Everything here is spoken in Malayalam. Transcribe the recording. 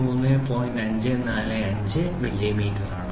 545 മില്ലിമീറ്ററാണ്